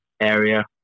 area